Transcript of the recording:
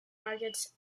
markets